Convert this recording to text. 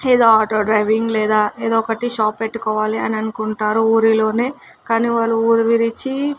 ఏదో auto driving లేదా ఏదో ఒకటి షాప్ పెట్టుకోవాలి అని అనుకుంటారు ఊరిలో కానీ వాళ్ళు ఊరు విడిచి